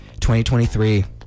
2023